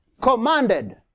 commanded